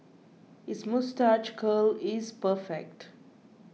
his moustache curl is perfect